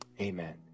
amen